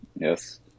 Yes